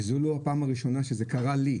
וזו לא הפעם הראשונה שזה קרה לי,